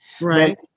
Right